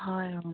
হয় অঁ